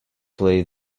play